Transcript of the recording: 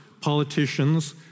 politicians